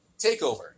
takeover